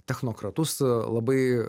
technokratus a labai